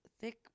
thick